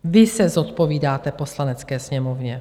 Vy se zodpovídáte Poslanecké sněmovně.